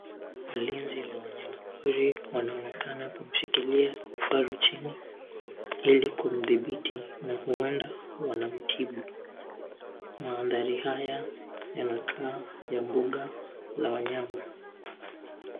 Walinzi wa wanyama pori wanaonekana kumshikilia kifaru chini, ili kumdhibiti na huenda wanamtibu. Mandhari haya yanakaa ya mbuga la wanyama.